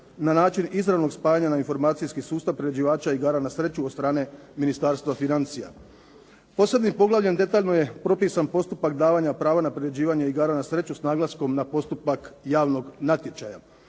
na način izravnog spajanja na informacijski sustav priređivača igara na sreću od strane Ministarstva financija. Posebnim poglavljem detaljno je propisan postupak davanja prava na priređivanje igara na sreću, s naglaskom na postupak javnog natječaja.